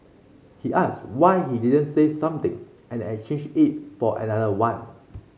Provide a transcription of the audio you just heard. he asked why he didn't say something and exchange it for another one